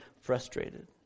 frustrated